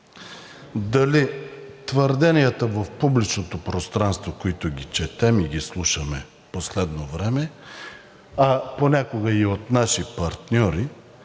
дали твърденията в публичното пространство, които ги четем и ги слушаме в последно време, а понякога и от наши партньори,